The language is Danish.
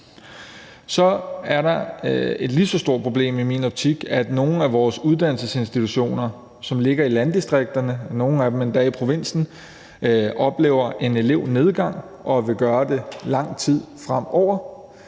som er et lige så stort problem i min optik, nemlig at nogle af vores uddannelsesinstitutioner, som ligger i landdistrikterne – nogle af dem endda i provinsen – oplever en elevnedgang og vil gøre det i lang tid fremover.